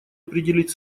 определить